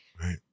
Right